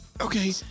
Okay